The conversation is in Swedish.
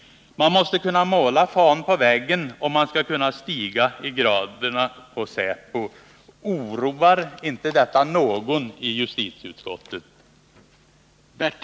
Man måste kunna måla fan på väggen om man skall kunna stiga i graderna på säpo. Oroar inte detta någon i justitieutskottet?